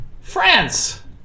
France